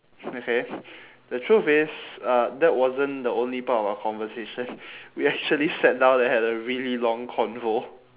okay the truth is uh that wasn't the only part of our conversation we actually sat down and had a really long convo